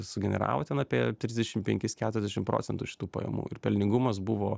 sugeneravo ten apie trisdešim penkis keturiasdešim procentų šitų pajamų ir pelningumas buvo